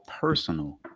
personal